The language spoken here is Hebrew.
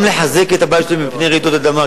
גם לחזק את הבית שלהם מפני רעידות אדמה,